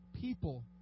people